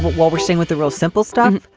what we're seeing, what the real simple stuff.